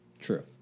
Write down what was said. True